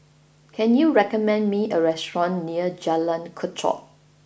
can you recommend me a restaurant near Jalan Kechot